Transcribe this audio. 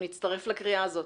אנחנו נצטרף לקריאה הזאת.